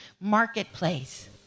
marketplace